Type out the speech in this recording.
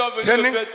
Turning